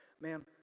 Ma'am